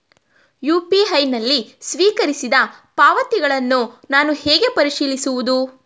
UPI ನಲ್ಲಿ ಸ್ವೀಕರಿಸಿದ ಪಾವತಿಗಳನ್ನು ನಾನು ಹೇಗೆ ಪರಿಶೀಲಿಸುವುದು?